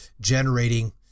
generating